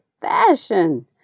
fashion